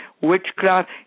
witchcraft